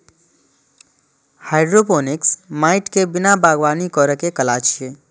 hydroponics माटि के बिना बागवानी करै के कला छियै